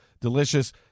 delicious